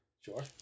Sure